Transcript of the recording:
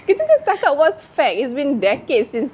kita just cakap what's fact it's been decades since